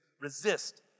resist